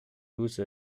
lose